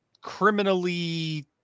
criminally